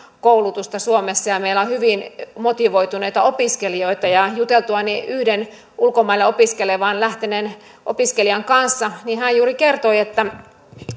koulutusta suomessa ja ja meillä on hyvin motivoituneita opiskelijoita jutellessani yhden ulkomaille opiskelemaan lähteneen opiskelijan kanssa hän juuri kertoi että